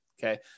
Okay